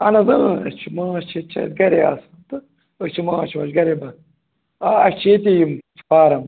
اہن حظ اۭں أسۍ چھِ ماچھ ییٚتہِ چھُ اَسہِ گرے آسان تہٕ أسۍ چھِ ماچھ واچھ گرے بَن آ اَسہِ چھِ ییٚتہِ یِم فارَم